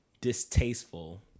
distasteful